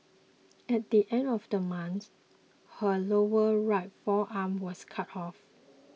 at the end of the month her lower right forearm was cut off